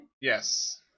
Yes